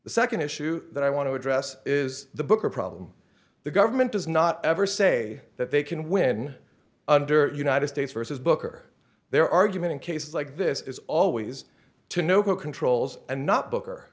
the nd issue that i want to address is the booker problem the government does not ever say that they can win under united states versus booker their argument in cases like this is always to know what controls and not booker